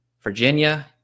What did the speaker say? Virginia